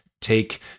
Take